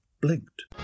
blinked